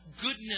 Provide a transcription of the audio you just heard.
goodness